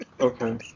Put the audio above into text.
Okay